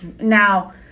now